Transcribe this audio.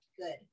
good